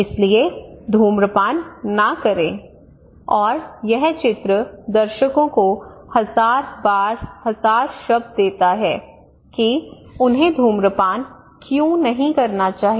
इसलिए धूम्रपान न करें और यह चित्र दर्शकों को हजार शब्द देता है कि उन्हें धूम्रपान क्यों नहीं करना चाहिए